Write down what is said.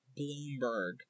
Bloomberg